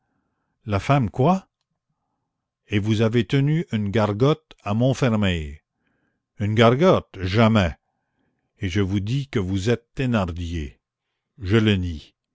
la femme quoi et vous avez tenu une gargote à montfermeil une gargote jamais et je vous dis que vous êtes thénardier je le nie